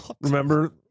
Remember